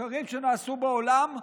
מחקרים שנעשו בעולם,